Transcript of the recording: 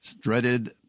dreaded